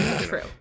True